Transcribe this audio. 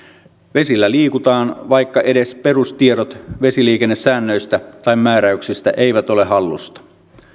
vesillä liikutaan vaikka edes perustiedot vesiliikennesäännöistä tai määräyksistä eivät ole hallussa